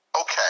Okay